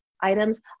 items